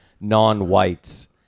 non-whites